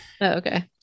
Okay